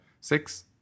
six